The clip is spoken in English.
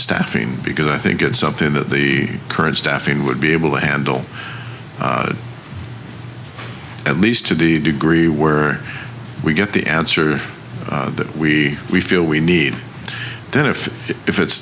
staffing because i think it's something that the current staffing would be able to handle at least to the degree where we get the answer that we we feel we need then if if it's